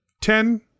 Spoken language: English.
ten